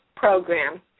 Program